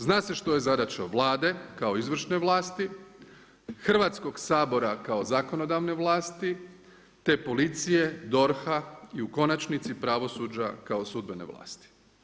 Zna se što je zadaća Vlade, kao izvršne vlasti, Hrvatskog sabora kao zakonodavne vlasti, te policije, DORH-a i u konačnici pravosuđa kao sudbene vlasti.